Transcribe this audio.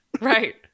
Right